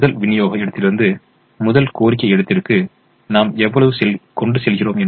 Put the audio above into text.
முதல் விநியோக இடத்திலிருந்து முதல் கோரிக்கை இடத்திற்கு நாம் எவ்வளவு கொண்டு செல்கிறோம்